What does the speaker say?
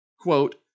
Quote